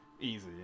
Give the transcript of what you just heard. easy